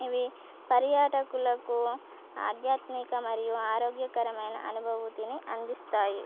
ఇవి పర్యాటకులకు ఆధ్యాత్మిక మరియు ఆరోగ్యకరమైన అనుభవతిని అందిస్తాయి